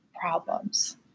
problems